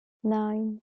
nine